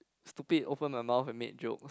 stupid open my mouth and made jokes